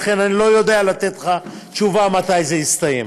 ולכן אני לא יודע לתת לך תשובה מתי זה יסתיים,